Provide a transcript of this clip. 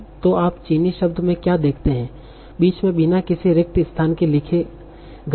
तो आप चीनी शब्दों में क्या देखते हैं बीच में बिना किसी रिक्त स्थान के लिखे गए हैं